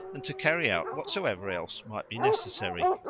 and to carry out whatsoever else might be necessary.